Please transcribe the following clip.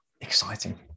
exciting